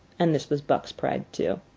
and this was buck's pride, too.